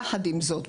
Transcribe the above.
יחד עם זאת,